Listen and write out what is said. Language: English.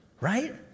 right